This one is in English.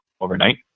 overnight